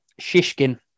Shishkin